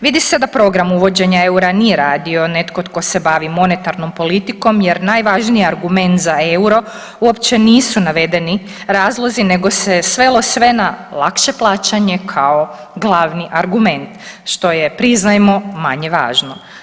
Vidi se da program uvođenja eura nije radio netko tko se bavi monetarnom politikom, jer najvažniji argument za euro uopće nisu navedeni razlozi nego se svelo sve na lakše plaćanje kao glavni argument što je priznajmo manje važno.